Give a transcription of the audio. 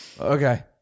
okay